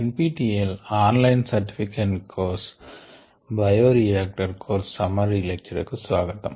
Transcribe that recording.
NPTEL online certification course bioreactors course summary lecture కు స్వాగతం